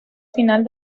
final